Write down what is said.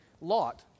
lot